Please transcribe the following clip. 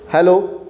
hello